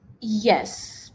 yes